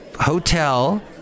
hotel